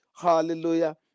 Hallelujah